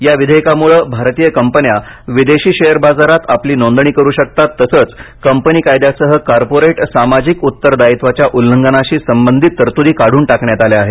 या विधेयकामुळे भारतीय कंपन्या विदेशी शेअर बाजरात आपली नोंदणी करू शकतात तसंच कंपनी कायद्यासह कॉर्पोरेट सामाजिक उत्तरदायित्वाच्या उल्लंघनाशी संबंधित तरतुदी काढून टाकण्यात आल्या आहेत